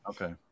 Okay